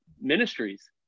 ministries